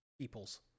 peoples